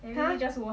!huh!